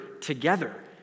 together